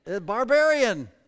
Barbarian